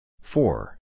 Four